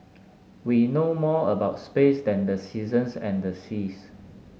we know more about space than the seasons and the seas